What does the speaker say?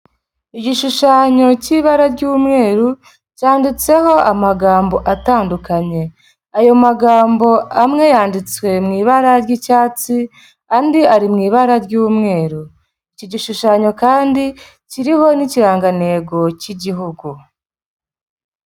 Igishushanyo cy'ibara ry'umweru cyanditseho amagambo atandukanye. Ayo magambo amwe yanditswe mu ibara ry'icyatsi, andi ari mu ibara ry'umweru. Iki gishushanyo kandi kiriho n'Ikirangantego cy'Igihugu.